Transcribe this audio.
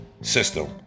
system